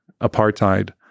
Apartheid